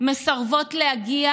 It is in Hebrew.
מסרבות להגיע